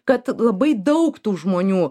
kad labai daug tų žmonių